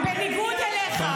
בניגוד אליך,